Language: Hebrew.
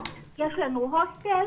יש לנו מקלט, יש לנו הוסטל,